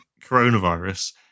coronavirus